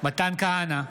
מתן כהנא,